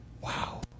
Wow